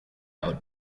out